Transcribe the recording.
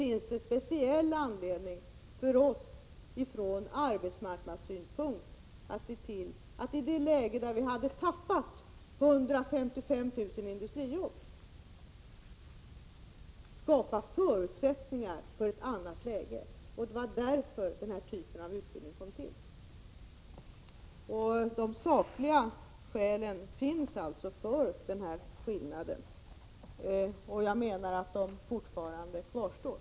Ändå finns det från arbetsmarknadssypunkt en speciell anledning för oss att när vi hade tappat 155 000 industrijobb skapa förutsättningar för ett annat läge. Det var därför den här typen av utbildning kom till. De sakliga skälen finns alltså för denna skillnad. Jag menar att de fortfarande kvarstår.